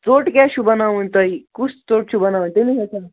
ژوٚٹ کیٛاہ چھُو بَناوُن تۄہہِ کُس ژوٚٹ چھُو بَناوٕنۍ